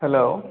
hello